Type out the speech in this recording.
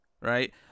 right